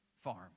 farm